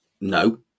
no